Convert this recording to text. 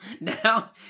now